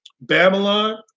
Babylon